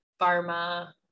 pharma